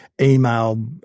email